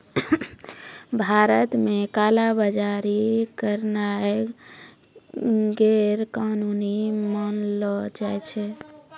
भारत मे काला बजारी करनाय गैरकानूनी मानलो जाय छै